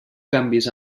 canvis